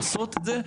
עושות את זה.